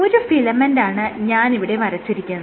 ഒരു ഫിലമെന്റാണ് ഞാൻ ഇവിടെ വരച്ചിരിക്കുന്നത്